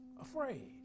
afraid